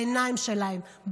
בעיניים שלהם,